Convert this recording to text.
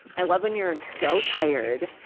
i love when you're so tired,